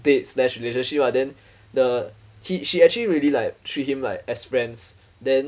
date slash relationship ah then the he she actually really like treat him like as friends then